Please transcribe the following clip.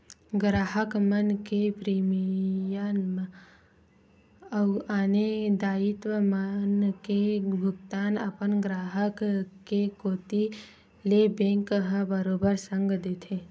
गराहक मन के प्रीमियम अउ आने दायित्व मन के भुगतान अपन ग्राहक के कोती ले बेंक ह बरोबर संग देथे